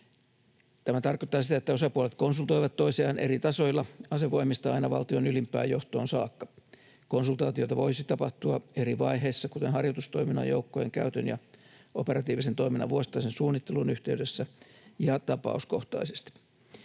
Tämä tarkoittaa sitä, että osapuolet konsultoivat toisiaan eri tasoilla asevoimista aina valtion ylimpään johtoon saakka. Konsultaatiota voisi tapahtua eri vaiheissa, kuten harjoitustoiminnan, joukkojen käytön ja operatiivisen toiminnan vuosittaisen suunnittelun yhteydessä ja tapauskohtaisesti.